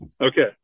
Okay